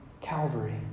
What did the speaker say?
Calvary